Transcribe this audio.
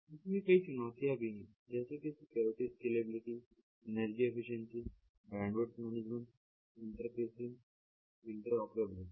इसमें कई चुनौतियां भी हैं जैसे कि security scalability energy efficiency bandwidth management interfacing inter operability